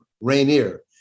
Rainier